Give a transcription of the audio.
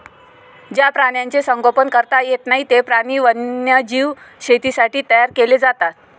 ज्या प्राण्यांचे संगोपन करता येत नाही, ते प्राणी वन्यजीव शेतीसाठी तयार केले जातात